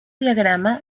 diagrama